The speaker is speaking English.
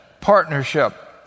partnership